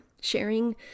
Sharing